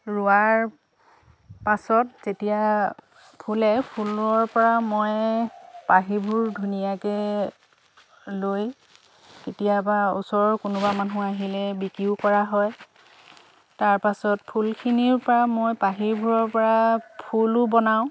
ৰোৱাৰ পাছত যেতিয়া ফুলে ফুলৰ পৰা মই পাহিবোৰ ধুনীয়াকৈ লৈ কেতিয়াবা ওচৰৰ কোনোবা মানুহ আহিলে বিক্ৰীও কৰা হয় তাৰপাছত ফুলখিনিৰ পৰা মই পাহিবোৰৰ পৰা ফুলো বনাওঁ